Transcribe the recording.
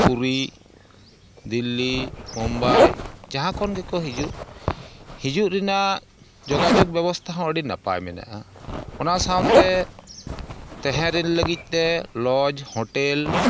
ᱯᱩᱨᱤ ᱫᱤᱞᱞᱤ ᱢᱩᱢᱵᱟᱭ ᱡᱟᱦᱟᱸ ᱠᱷᱚᱱ ᱜᱮᱠᱚ ᱦᱤᱡᱩᱜ ᱦᱤᱡᱩᱜ ᱨᱮᱱᱟᱜ ᱡᱳᱜᱟᱡᱳᱜᱽ ᱵᱮᱵᱚᱥᱛᱷᱟ ᱦᱚᱸ ᱟᱹᱰᱤ ᱱᱟᱯᱟᱭ ᱢᱮᱱᱟᱜᱼᱟ ᱚᱱᱟ ᱥᱟᱶᱛᱮ ᱛᱮᱦᱮ ᱨᱮᱱ ᱞᱟᱹᱜᱤᱫᱛᱮ ᱞᱚᱡᱽ ᱦᱳᱴᱮᱞ